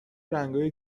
رنگای